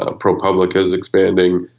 ah propublica is expanding.